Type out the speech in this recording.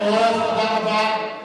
תודה רבה.